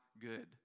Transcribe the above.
good